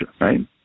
right